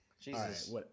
Jesus